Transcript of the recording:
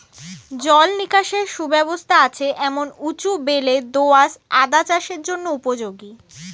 জল নিকাশের সুব্যবস্থা আছে এমন উঁচু বেলে দোআঁশ আদা চাষের জন্য উপযোগী